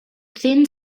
thin